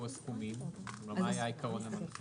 בעל רישיון למתן אשראי או בעל רישיון